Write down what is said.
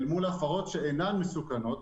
אל מול הפרות שאינן מסוכנות.